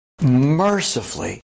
mercifully